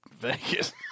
Vegas